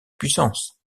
puissance